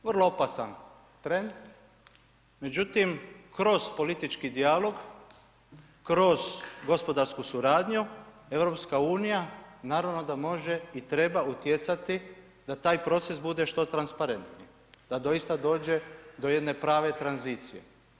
Vrlo opasan trend, međutim, kroz politički dijalog, kroz gospodarsku suradnju EU, naravno da može i treba utjecati da taj proces bude što transparentniji, da doista dođe do jedne prave tranzicije.